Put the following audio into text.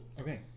Okay